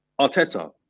Arteta